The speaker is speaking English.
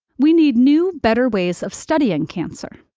we need new, better ways of studying cancer.